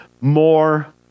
More